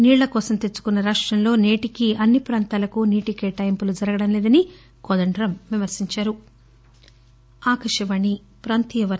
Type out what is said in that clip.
నీళ్ల కోసం తెచ్చుకున్న రాష్టంలో నేటికీ అన్ని ప్రాంతాలకు నీటి కేటాయింపులు జరగడం లేదని కోదండరాం విమర్పించారు